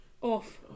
off